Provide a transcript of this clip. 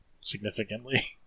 Significantly